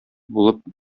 булып